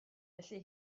felly